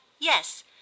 yes